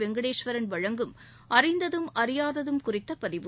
வெங்கடேஸ்வரன் வழங்கும் அறிந்ததும் அறியாததும் குறித்த பதிவு